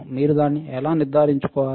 మీరు దాన్ని ఎలా నిర్ధారించుకోవాలి